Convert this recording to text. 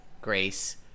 Grace